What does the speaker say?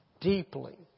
deeply